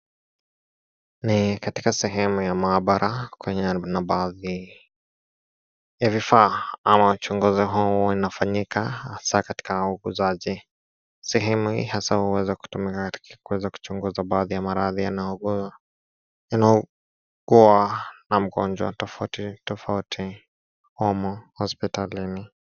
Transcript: Ni Katika sehemu ya maabara kwenye baadhi ya vifaa, ama uchunguzi huu ufanyika hasa katika ugunduzi. Sehemu hii hasa huweza kutumika katika kuweza kuchunguza baadhi ya maradhi yanayokuwa na wagonjwa tofauti tofauti. Humo, hospitalini.